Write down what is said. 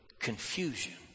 confusion